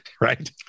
right